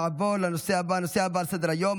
נעבור לנושא הבא שעל סדר-היום,